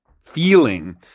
feeling